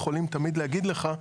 יכולים תמיד להגיד לך,